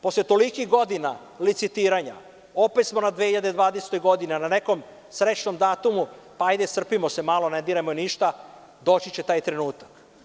Posle tolikih godina licitiranja, opet smo na 2020. godini, a na nekom srećnom datumu, pa hajde, strpimo se malo, ne dirajmo ništa, doći će taj trenutak.